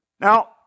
Now